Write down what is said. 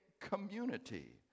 community